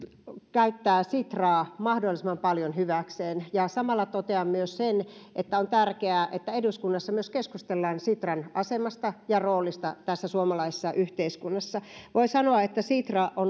käyttää sitraa mahdollisimman paljon hyväkseen samalla totean myös sen että on tärkeää että eduskunnassa myös keskustellaan sitran asemasta ja roolista tässä suomalaisessa yhteiskunnassa voi sanoa että sitra